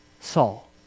Saul